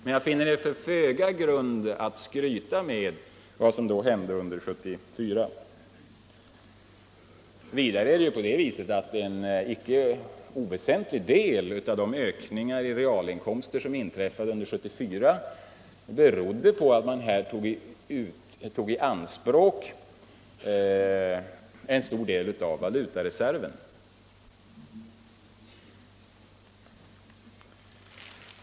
Men jag finner föga grund för att skryta med vad som hände under 1974. Vidare berodde de ökningar i realinkomsterna som inträffade under 1974 i icke oväsentlig mån på att man tog i anspråk en stor del av valutareserven.